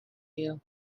you